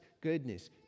goodness